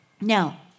Now